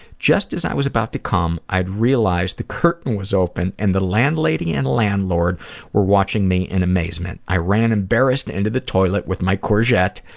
just as i was about to come, i realized the curtain was open and the landlady and landlord were watching me in amazement. i ran embarrassed into the toilet with my courgette.